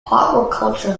aquaculture